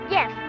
Yes